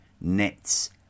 Nets